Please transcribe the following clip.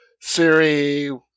Siri